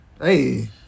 Hey